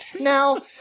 Now